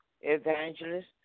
Evangelist